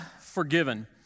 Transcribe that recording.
Forgiven